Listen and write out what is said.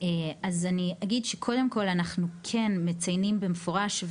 אז אני אגיד שקודם כל אנחנו כן מציינים במופרש,